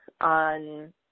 on